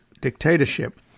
dictatorship